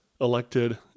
elected